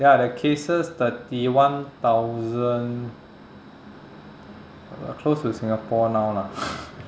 ya the cases thirty one thousand uh close to singapore now lah